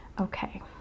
Okay